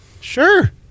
Sure